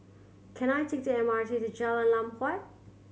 can I take the M R T to Jalan Lam Huat